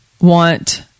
want